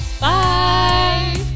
Bye